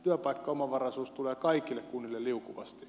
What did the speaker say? työpaikkaomavaraisuus tulee kaikille kunnille liukuvasti